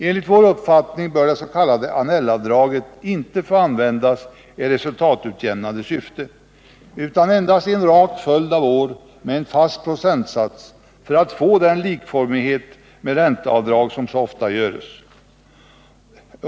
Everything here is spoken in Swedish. Enligt vår uppfattning bör det s.k. Annell-avdraget inte få användas i resultatutjämnande syfte utan endast i en rak följd av år med en fast procentsats för att få den likformighet med ränteavdrag som det så ofta är fråga om.